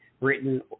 written